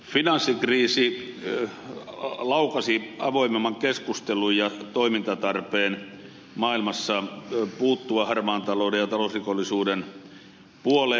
finanssikriisi laukaisi maailmassa avoimemman keskustelun ja toimintatarpeen puuttua harmaan talouden ja talousrikollisuuden puoleen